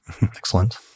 Excellent